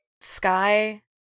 sky